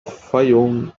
fayoum